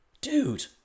dude